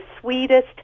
sweetest